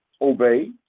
obey